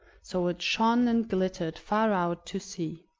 so it shone and glittered far out to sea.